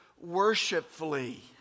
worshipfully